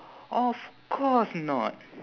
of course not